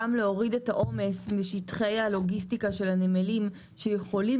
גם להוריד את העומס משטחי הלוגיסטיקה של הנמלים שיכולים